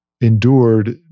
endured